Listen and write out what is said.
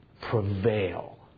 prevail